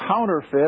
counterfeit